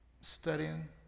studying